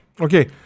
Okay